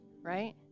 right